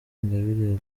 ingabire